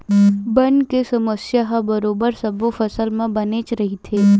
बन के समस्या ह बरोबर सब्बो फसल म बनेच रहिथे